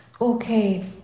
Okay